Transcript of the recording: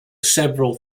several